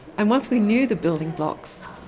and once we knew the building blocks,